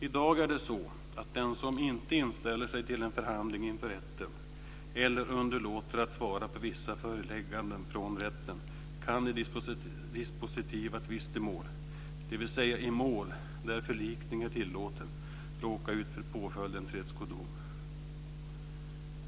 I dag är det så att den som inte inställer sig till en förhandling inför rätten eller underlåter att svara på vissa förelägganden från rätten kan i dispositiva tvistemål - dvs. i mål där förlikning är tillåten - råka ut för påföljden tredskodom.